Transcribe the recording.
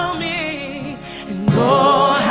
me oh,